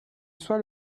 soit